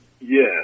yes